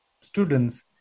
students